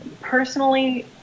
personally